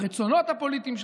הרצונות הפוליטיים שלך.